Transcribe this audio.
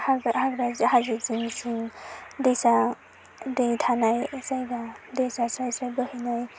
हाग्रा हाग्रा हाजो जिं जिं दैसा दै थानाय जायगा दैसा स्राइ स्राइ बोहैनाय